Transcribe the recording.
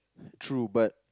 true but